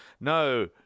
no